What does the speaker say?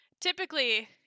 Typically